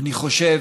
אני חושב